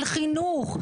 על חינוך,